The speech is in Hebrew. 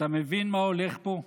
אתה מבין מה הולך פה?